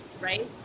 right